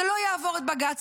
זה לא יעבור את בג"ץ,